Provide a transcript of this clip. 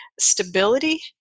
stability